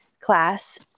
class